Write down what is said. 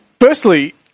Firstly